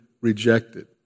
rejected